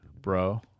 bro